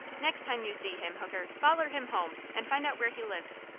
next time you see him, hooker, foller him home, and find out where he lives.